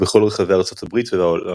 בכל רחבי ארצות הברית והעולם.